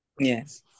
yes